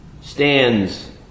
stands